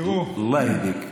(אומר דברים במרוקנית.)